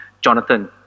Jonathan